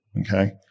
okay